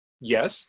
Yes